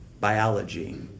biology